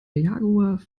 jaguar